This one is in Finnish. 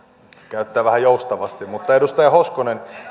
käyttää joustavasti mutta edustaja hoskonen